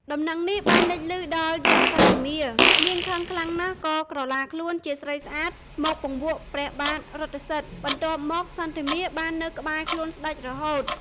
ដំណឹងនេះបានលេចលឺដល់យក្ខសន្ធមារ នាងខឹងខ្លាំងណាស់ក៏ក្រឡាខ្លួនជាស្រីស្អាតមកពង្វក់ព្រះបាទរថសិទ្ធិ បន្ទាប់មកសន្ធមារបាននៅក្បែរខ្លួនស្តេចរហូត។